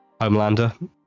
Homelander